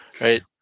right